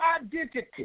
identity